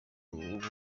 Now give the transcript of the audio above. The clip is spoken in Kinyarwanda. bubiligi